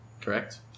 correct